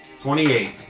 28